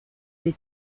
they